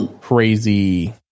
crazy